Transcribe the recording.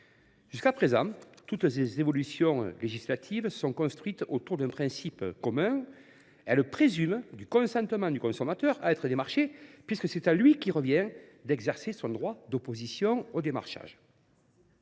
Jusqu’à présent, toutes les évolutions législatives se sont construites autour d’un principe commun : elles présument du consentement du consommateur à être démarché, puisque c’est à lui qu’il revient d’exercer son droit d’opposition au démarchage.